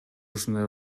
ушундай